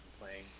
Playing